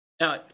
Now